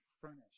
furnished